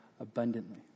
abundantly